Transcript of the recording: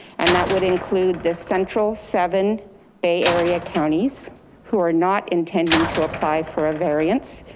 and that would include the central seven bay area counties who are not intending to apply for a variance.